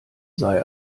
sei